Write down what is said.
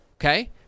Okay